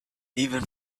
even